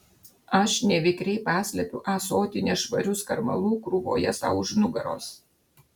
aš nevikriai paslepiu ąsotį nešvarių skarmalų krūvoje sau už nugaros